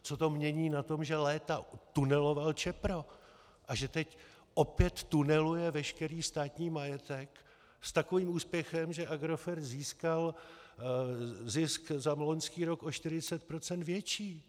Co to mění na tom, že léta tuneloval Čepro a že teď opět tuneluje veškerý státní majetek s takovým úspěchem, že Agrofert získal zisk za loňský rok o 40 % větší?